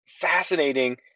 fascinating